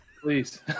please